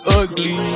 ugly